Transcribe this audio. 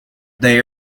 they